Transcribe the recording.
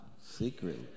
Secret